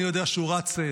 אני יודע שהוא רץ,